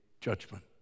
judgment